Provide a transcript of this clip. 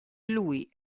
lui